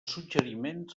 suggeriments